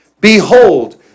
behold